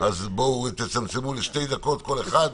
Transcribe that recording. אז תצמצמו לשתי דקות כל אחד.